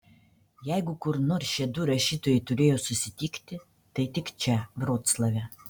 jeigu kur nors šie du rašytojai turėjo susitikti tai tik čia vroclave